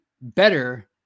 better